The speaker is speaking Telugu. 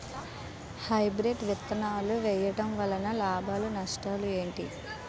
హైబ్రిడ్ విత్తనాలు వేయటం వలన లాభాలు నష్టాలు ఏంటి?